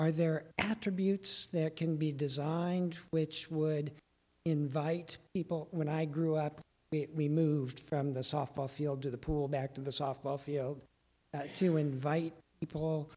are there attributes that can be designed which would invite people when i grew up we moved from the softball field to the pool back to the softball field to invite people